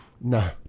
No